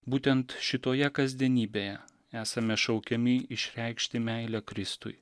būtent šitoje kasdienybėje esame šaukiami išreikšti meilę kristui